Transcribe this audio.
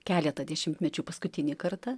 keletą dešimtmečių paskutinį kartą